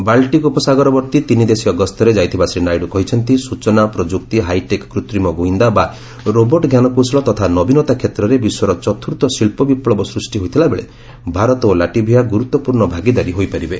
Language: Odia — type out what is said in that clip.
ବାଲଟିକ୍ ଉପସାଗରବର୍ତ୍ତୀ ତିନିଦେଶୀୟ ଗସ୍ତରେ ଯାଇଥିବା ଶ୍ରୀ ନାଇଡୁ କହିଛନ୍ତି ସୂଚନା ପ୍ରସୁକ୍ତି ହାଇଟେକ୍ କୃତିମ ଗୁଇନ୍ଦା ବା ରୋବର୍ଚ୍ ଜ୍ଞାନକୌଶଳ ତଥା ନବୀନତା କ୍ଷେତ୍ରରେ ବିଶ୍ୱର ଚତୁର୍ଥ ଶିଳ୍ପ ବିପ୍ଲବ ସୃଷ୍ଟି ହୋଇଥିଲା ବେଳେ ଭାରତ ଓ ଲାଟଭିଆ ଗୁରୁତ୍ୱପୂର୍ଣ୍ଣ ଭାଗିଦାରୀ ହୋଇପାରିବେ